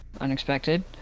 Unexpected